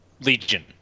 legion